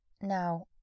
Now